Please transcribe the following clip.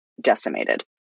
decimated